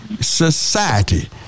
society